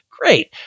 Great